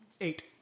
Eight